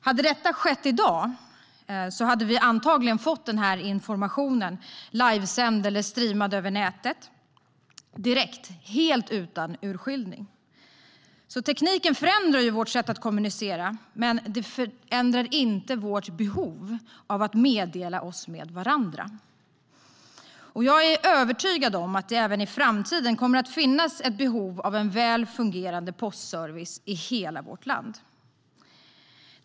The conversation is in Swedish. Om detta hade skett i dag hade vi antagligen fått informationen livesänd eller streamad över nätet direkt, helt utan urskiljning. Tekniken förändrar vårt sätt att kommunicera, men den ändrar inte vårt behov av att meddela oss med varandra. Jag är övertygad om att det även i framtiden kommer att finnas ett behov av en väl fungerande postservice i hela vårt land.